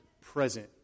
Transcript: present